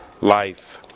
life